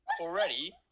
Already